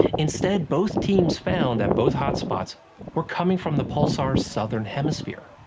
instead, both teams found that both hotspots were coming from the pulsar's southern hemisphere!